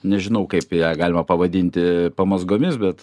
nežinau kaip ją galima pavadinti pamazgomis bet